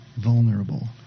vulnerable